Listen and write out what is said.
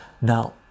Now